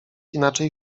inaczej